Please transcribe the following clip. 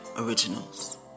originals